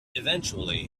eventually